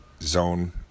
zone